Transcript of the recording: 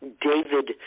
David